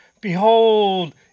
Behold